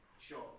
Sure